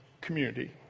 community